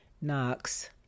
Knox